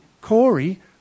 Corey